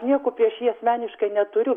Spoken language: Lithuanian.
nieko prieš jį asmeniškai neturiu